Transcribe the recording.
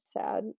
sad